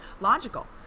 logical